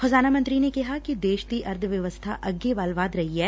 ਖਜ਼ਾਨਾ ਮੰਤਰੀ ਨੇ ਕਿਹਾ ਕਿ ਦੇਸ਼ ਦੀ ਅਰਥ ਵਿਵਸਬਾ ਅੱਗੇ ਵੱਧ ਰਹੀ ਐ